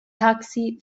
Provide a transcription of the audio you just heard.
taxi